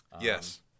Yes